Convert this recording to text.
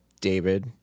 David